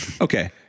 Okay